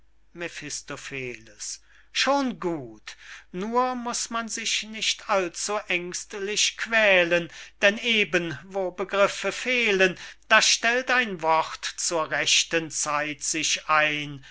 mephistopheles schon gut nur muß man sich nicht allzu ängstlich quälen denn eben wo begriffe fehlen da stellt ein wort zur rechten zeit sich ein